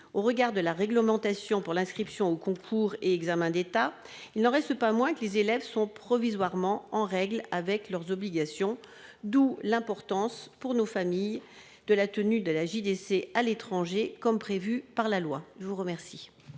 au regard de la réglementation pour l'inscription aux concours et examens d'État, il n'en reste pas moins que les élèves ne sont que provisoirement en règle avec leurs obligations, d'où l'importance pour nos familles de la tenue de la JDC à l'étranger, comme le prévoit la loi. Quel